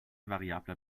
variabler